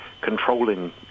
controlling